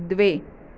द्वे